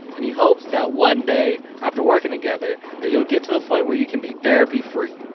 and he hopes that one day, after working together, that you'll get to the point where you can be therapy-free.